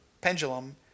pendulum